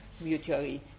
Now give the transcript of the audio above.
mutually